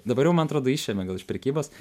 dabar jau man atrodo išėmė gal iš prekybos